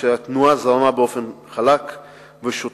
כאשר התנועה זרמה באופן חלק ושוטף